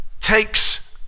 takes